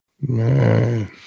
Man